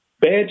bad